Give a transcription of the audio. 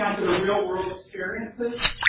and to the real world experiences.